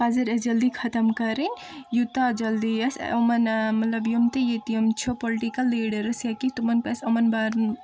پزن اسہِ جلدی ختم کرٕنۍ یوٗتاہ جلدی أسۍ یِمن مطلب یم تہِ ییٚتہِ یم چھِ پُلٹکل لیٖڈٲرٕس یہِ ہیٚکہِ تِمن پزِ یِمن برٕنۍ